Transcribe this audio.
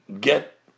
get